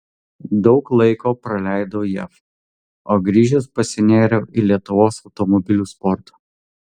daug laiko praleidau jav o grįžęs pasinėriau į lietuvos automobilių sportą